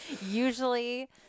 Usually